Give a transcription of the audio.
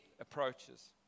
approaches